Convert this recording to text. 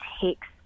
takes